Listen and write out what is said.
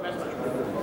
יישר כוח,